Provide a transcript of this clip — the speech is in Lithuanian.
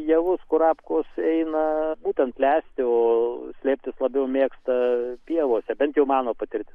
javus kurapkos eina būtent lesti o slėpti labiau mėgsta pievose bent jau mano patirtis